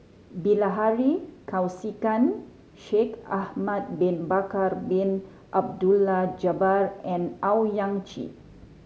Bilahari Kausikan Shaikh Ahmad Bin Bakar Bin Abdullah Jabbar and Owyang Chi